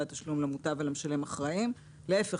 התשלום למוטב ולמשלם אחראיים אלא להיפך,